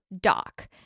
Doc